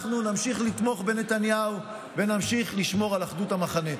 אנחנו נמשיך לתמוך בנתניהו ונמשיך לשמור על אחדות המחנה.